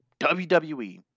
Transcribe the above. WWE